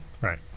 right